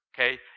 okay